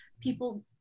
people